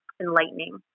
enlightening